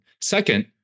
Second